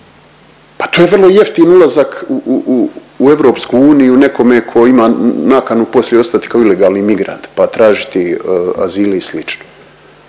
pa to je vrlo jeftin ulazak u, u, u EU nekome ko ima nakanu poslije ostati kao ilegalni migrant, pa tražiti azil i